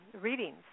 readings